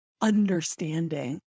understanding